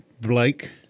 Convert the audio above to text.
Blake